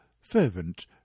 fervent